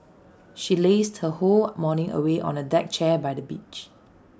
she lazed her whole morning away on A deck chair by the beach